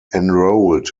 enrolled